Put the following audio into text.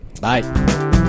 Bye